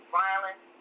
violence